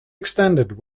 extended